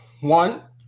one